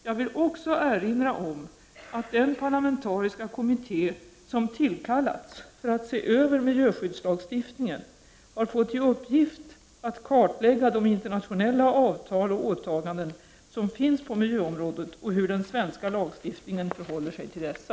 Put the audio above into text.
Jag vill också erinra om, att den parlamentariska kommitté som tillkallats för att se över miljöskyddslagstiftningen har fått i uppgift att kartlägga de internationella avtal och åtaganden som finns på miljöområdet och hur den svenska lagstiftningen förhåller sig till dessa.